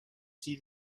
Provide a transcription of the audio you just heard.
tea